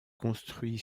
construit